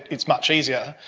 it's much easier.